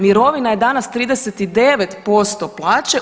Mirovina je danas 39% plaće.